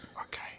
Okay